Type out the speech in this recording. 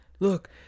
Look